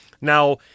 Now